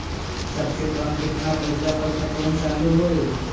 सबसे कम केतना पईसा पर खतवन चालु होई?